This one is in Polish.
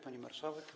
Pani Marszałek!